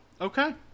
okay